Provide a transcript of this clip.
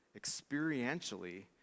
experientially